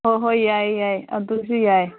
ꯍꯣꯏ ꯍꯣꯏ ꯌꯥꯏ ꯌꯥꯏ ꯑꯗꯨꯁꯨ ꯌꯥꯏ